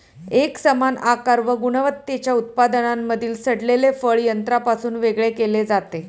एकसमान आकार व गुणवत्तेच्या उत्पादनांमधील सडलेले फळ यंत्रापासून वेगळे केले जाते